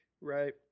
right